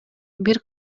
бир